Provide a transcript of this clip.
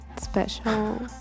special